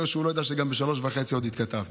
נראה שהוא לא יודע שגם ב-03:30 עוד התכתבה.